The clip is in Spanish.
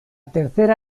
tercera